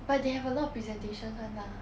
but they have a lot of presentations [one] lah